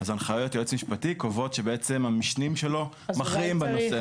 אז הנחיות יועץ משפטי קובעות שבעצם המשנים שלו מכריעים בנושא.